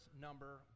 number